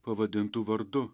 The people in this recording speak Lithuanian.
pavadintų vardu